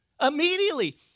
Immediately